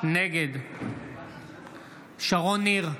נגד שרון ניר,